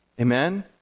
Amen